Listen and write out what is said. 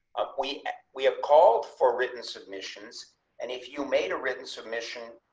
up we we have called for written submissions and if you made a written submission